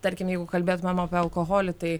tarkim jeigu kalbėtumėm apie alkoholį tai